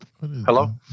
hello